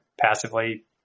passively